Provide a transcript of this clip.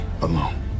alone